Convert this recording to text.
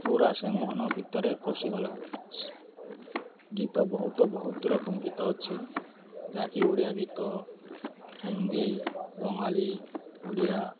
ପୁରା ସେ ମନ ଭିତରେ ପଶିଗଲା ଗୀତ ବହୁତ ବହୁତ ରକମ ଗୀତ ଅଛି ଯାହାକି ଓଡ଼ିଆ ଗୀତ ହିନ୍ଦୀ ବଙ୍ଗାଳୀ ଓଡ଼ିଆ